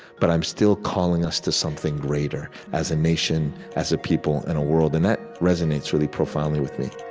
but i'm still calling us to something greater as a nation, as a people and a world. and that resonates really profoundly with me